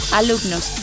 alumnos